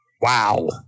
wow